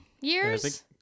years